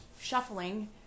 shuffling